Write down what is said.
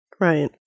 Right